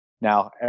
now